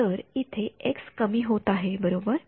तर इथे एक्स कमी होत आहे बरोबर